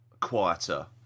quieter